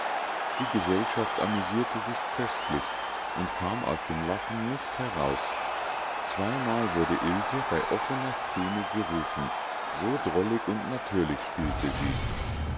die gesellschaft amüsierte sich köstlich und kam aus dem lachen nicht heraus zweimal wurde ilse bei offener szene gerufen so drollig und natürlich spielte sie